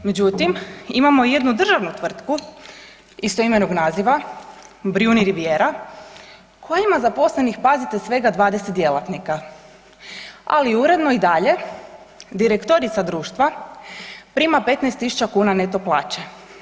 Međutim, imamo jednu državnu tvrtku istoimenog naziva, Brijuni Rivijera koja ima zaposlenih, pazite, svega 20 djelatnika, ali uredno i dalje direktorica društva prima 15 tisuća kuna neto plaće.